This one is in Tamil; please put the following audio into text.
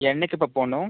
என்னிக்குப்பா போகணும்